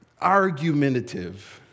argumentative